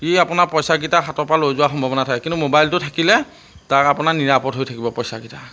ই আপোনাৰ পইচাকেইটা হাতৰ পৰা লৈ যোৱাৰ সম্ভাৱনা থাকে কিন্তু মোবাইলটো থাকিলে তাক আপোনাৰ নিৰাপদ হৈ থাকিব পইচাকেইটা